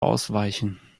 ausweichen